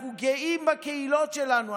אנחנו גאים בקהילות שלנו,